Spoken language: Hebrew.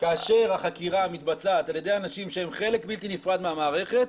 כאשר החקירה מתבצעת על ידי אנשים שהם חלק בלתי נפרד מהמערכת,